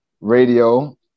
radio